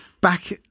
back